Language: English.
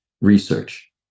research